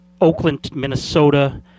Oakland-Minnesota